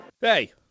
Hey